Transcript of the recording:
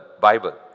Bible